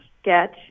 sketch